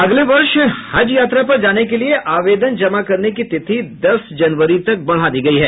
अगले वर्ष हज यात्रा पर जाने के लिये आवेदन जमा करने की तिथि दस जनवरी तक बढ़ा दी गई है